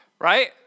right